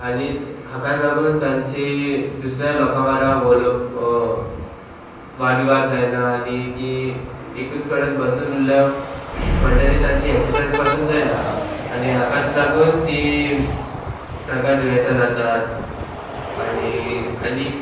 आनी हाकाच लागून तांची दुसऱ्या लोकां बरा वादविवाद जायना आनी ती एकूच कडेन बसून उरल्या म्हणटरी तांची एक्सरसायज पासून जायना आनी हाकाच लागून ती तांकां दुयेंसां जातात आनी आनी